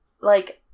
like-